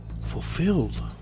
fulfilled